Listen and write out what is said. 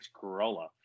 Corolla